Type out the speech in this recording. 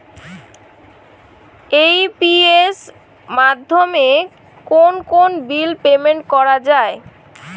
AEPS মাধ্যমে কোন কোন বিল পেমেন্ট করা যায়?